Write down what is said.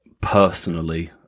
personally